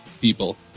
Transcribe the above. people